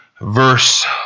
verse